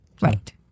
Right